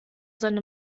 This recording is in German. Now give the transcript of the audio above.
seine